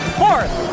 fourth